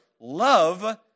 love